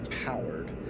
empowered